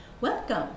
Welcome